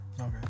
Okay